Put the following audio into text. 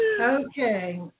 Okay